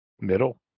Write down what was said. Middle